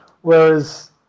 Whereas